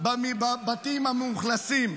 בבתים המאוכלסים.